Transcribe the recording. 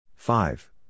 Five